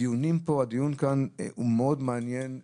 הדיונים כאן מעניינים מאוד,